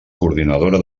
coordinadora